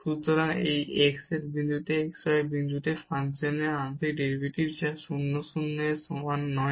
সুতরাং এটি x এর বিন্দুতে x y বিন্দুতে ফাংশনের আংশিক ডেরিভেটিভ যা 0 0 এর সমান নয়